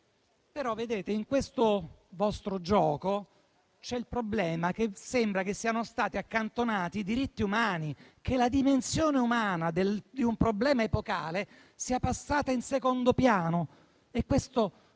però, in questo vostro gioco, il problema è che sembra siano stati accantonati i diritti umani e che la dimensione umana di un problema epocale sia passata in secondo piano. E questo